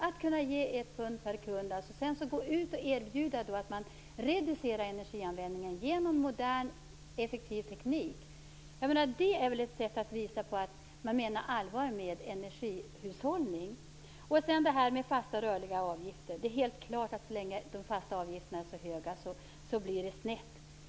Att kunna ge ett pund per kund och sedan erbjuda en reducering av energianvändningen genom modern, effektiv teknik - det är ett sätt att visa att man menar allvar med energihushållning! Det är helt klart det blir snett så länge de fasta avgifterna är så höga.